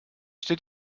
steht